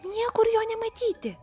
niekur jo nematyti